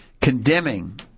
condemning